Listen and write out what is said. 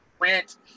rent